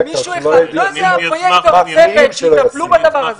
צוות שיטפלו בדבר הזה.